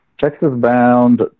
Texas-bound